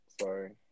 Sorry